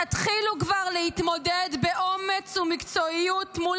תתחילו כבר להתמודד באומץ ומקצועיות מול